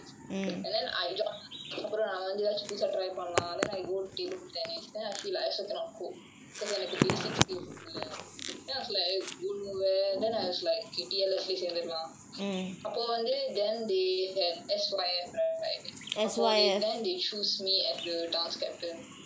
and then I join like அப்புறம் நான் வந்து எதாவது புதுசா:appuram naan vanthu ethaavathu puthusaa try பண்லாம்னு:panlaamnu then I go table tennis then I feel like I also cannot cope becaus எனக்கு:enakku the basic skills இல்லை:illa that then I was like oh no then I was like T_L_S சேந்திரலாம் அப்போ வந்து:senthiralaam appo vanthu then they had S_Y_F right அப்போ தான்:appo than then they choose me as the dance captain